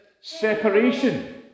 separation